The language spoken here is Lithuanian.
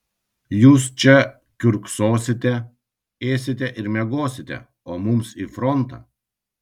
jūs čia kiurksosite ėsite ir miegosite o mums į frontą